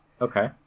Okay